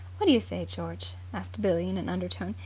what do you say, george, asked billie in an undertone,